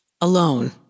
alone